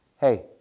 hey